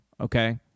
okay